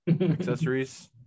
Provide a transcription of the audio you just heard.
accessories